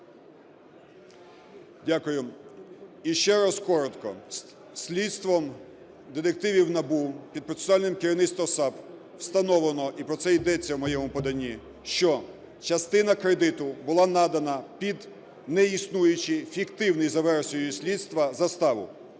Дякую. І ще раз коротко. Слідством детективів НАБУ під процесуальним керівництвом САП встановлено, і про це йдеться в моєму поданні, що частина кредиту була надана під неіснуючу, фіктивну, за версією слідства, заставу.